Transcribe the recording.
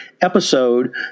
episode